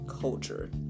culture